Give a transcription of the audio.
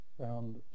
found